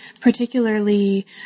particularly